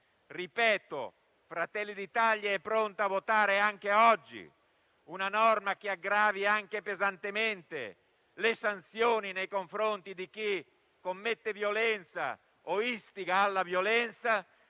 norma. Fratelli d'Italia - ripeto - è pronta a votare anche oggi una norma che aggravi, anche pesantemente, le sanzioni nei confronti di chi commette violenza o istiga alla violenza,